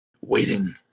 waiting